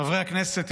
חברי הכנסת,